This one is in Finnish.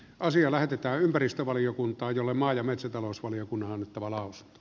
asia lähetetään ympäristövaliokuntaan jolle maa pitämisestä yhtenä kokonaisuutena